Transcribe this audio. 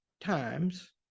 times